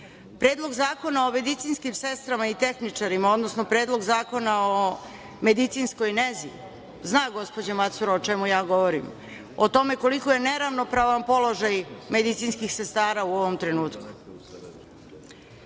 Predlog zakona o medicinskim sestrama i tehničarima, odnosno Predlog zakona o medicinskoj nezi, zna gospođa Macura o čemu govorim. O tome koliko je neravnopravan položaj medicinskih sestara u ovom trenutku.